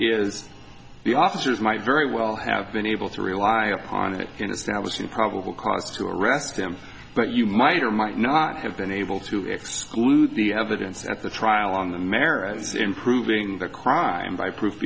is the officers might very well have been able to rely upon it in establishing probable cause to arrest him but you might or might not have been able to exclude the evidence at the trial on the merits in proving the crime by pro